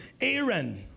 Aaron